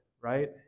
right